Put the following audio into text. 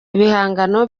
ibihangano